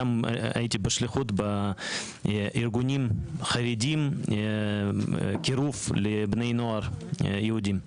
גם בשליחות בארגונים חרדים לקירוב בני נוער יהודים.